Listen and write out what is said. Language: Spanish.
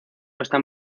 están